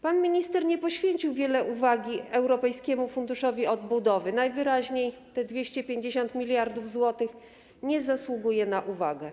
Pan minister nie poświęcił wiele uwagi Europejskiemu Funduszowi Odbudowy, najwyraźniej 250 mld zł nie zasługuje na uwagę.